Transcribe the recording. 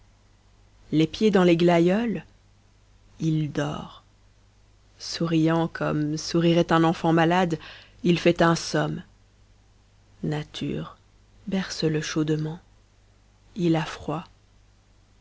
les pieds dans les glaïeuls il dort souriant comme sourirait un enfant malade il fait un somme nature berce le chaudement il a froid